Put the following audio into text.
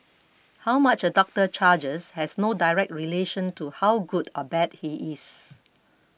how much a doctor charges has no direct relation to how good or bad he is